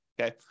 Okay